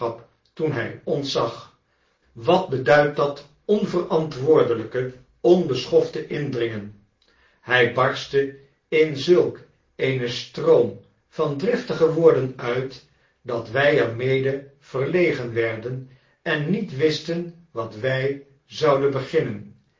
toen hij ons zag w t at beduidt dat onverantwoordelijke onbeschofte indringen hij barstte in zulk een stroom van driftige woorden uit dat wy er mede verlegen werden en niet wisten wat wy zouden beginnen